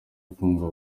afungwa